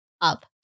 up